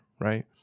right